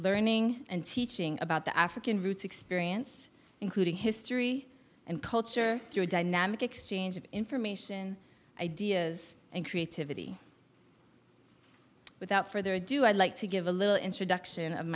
learning and teaching about the african roots experience including history and culture through a dynamic exchange of information ideas and creativity without further ado i'd like to give a little introduction of